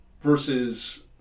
versus